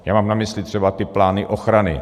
Já mám na mysli třeba plány ochrany.